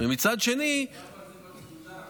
מצד שני, דיברנו על זה בשדולה.